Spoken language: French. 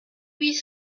huit